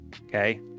okay